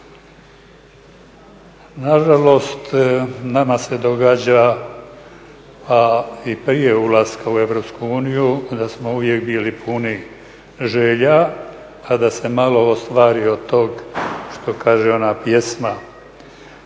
Nažalost nama se događa i prije ulaska u Europsku uniju da smo uvijek bili puni želja a da se malo ostvarilo tog što kaže ona pjesma,